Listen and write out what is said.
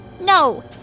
No